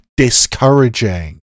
discouraging